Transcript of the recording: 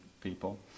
people